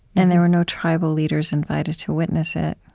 and there were no tribal leaders invited to witness it.